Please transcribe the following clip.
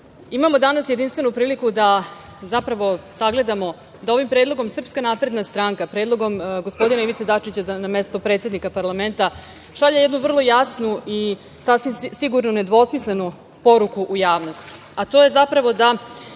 imamo danas jedinstvenu priliku da zapravo sagledamo, da ovim predlogom SNS, predlogom gospodina Ivice Dačića na mesto predsednika parlamenta, šalje jednu jasnu i sasvim sigurno nedvosmislenu poruku u javnosti, a to je da